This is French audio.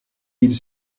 ils